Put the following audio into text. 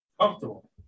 Comfortable